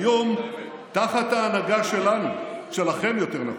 היום, תחת ההנהגה שלנו, שלכם, יותר נכון.